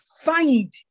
find